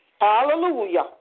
Hallelujah